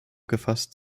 gefasst